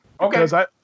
Okay